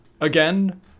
again